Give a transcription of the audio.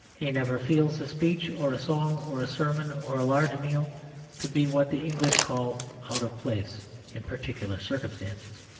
he never feels a speech or a song or a sermon or a large meal to be what the english call out of place in particular circumstances.